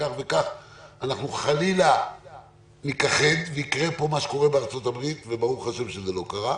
כי חלילה ניכחד ויקרה פה מה שקורה בארצות הברית ברוך ה' שזה לא קרה.